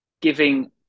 giving